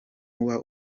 uba